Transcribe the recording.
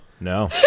No